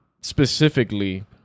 specifically